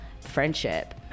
friendship